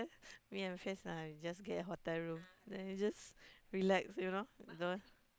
me and my friends uh we just get a hotel room then we just relax you know the